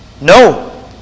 No